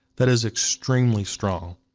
that is extremely strong.